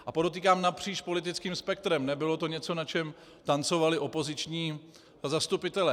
A podotýkám napříč politickým spektrem, nebylo to něco, na čem tancovali opoziční zastupitelé.